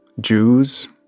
Jews